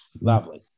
Lovely